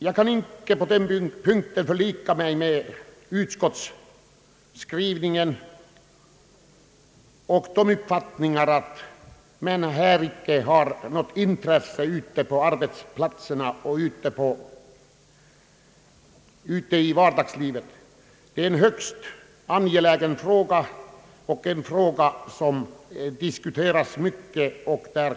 Jag kan inte acceptera utskottets uppfattning att denna fråga inte skulle möta något intresse på arbetsplatserna och ute i vardagslivet. Det är tvärtom en högst angelägen fråga som diskuterats mycket och länge.